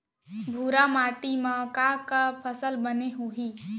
भूरा माटी मा का का फसल बने होही?